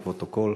לפרוטוקול.